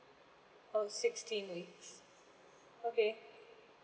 oh sixteen weeks okay